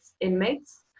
inmates